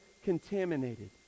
Contaminated